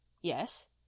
Yes